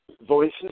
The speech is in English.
voices